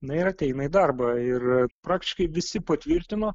na ir ateina į darbą ir praktiškai visi patvirtino